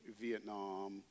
Vietnam